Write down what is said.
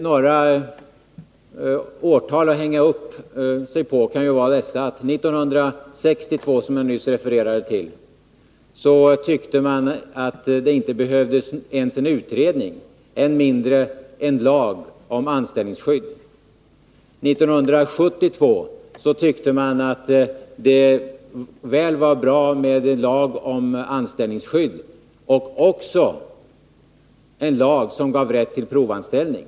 Några årtal att ta fasta på skulle kunna vara dessa: 1962, som jag nyss refererade till, tyckte man att det inte ens behövdes en utredning, än mindre en lag om anställningsskydd. 1972 tyckte man att det väl var bra med en lag om anställningsskydd liksom en lag som gav rätt till provanställning.